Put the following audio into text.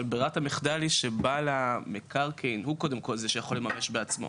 אבל ברירת המחדל היא שבעל המקרקעין הוא זה שקודם יכול לממש בעצמו.